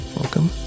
welcome